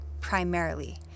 primarily